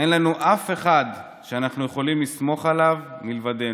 אין לנו אף אחד שאנחנו יכולים לסמוך עליו מלבדנו.